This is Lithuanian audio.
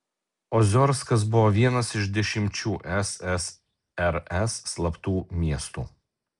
oziorskas buvo vienas iš dešimčių ssrs slaptų miestų